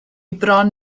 bron